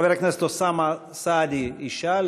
חבר הכנסת אוסאמה סעדי ישאל,